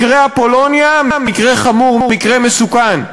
מקרה אפולוניה, מקרה חמור, מקרה מסוכן.